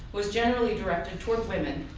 was generally directed toward women,